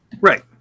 Right